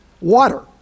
water